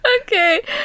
Okay